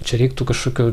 čia reiktų kažkokio